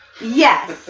Yes